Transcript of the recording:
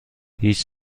هیچ